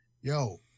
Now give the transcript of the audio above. yo